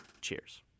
Cheers